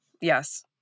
Yes